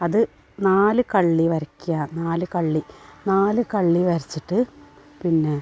അത് നാലു കള്ളി വരക്കുക നാലു കള്ളി നാലു കള്ളി വരച്ചിട്ട് പിന്നെ